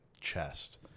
chest